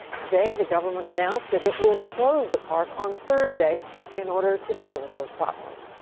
today, the government announced that it will close the park on thursday in order to deal with those problems.